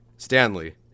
Stanley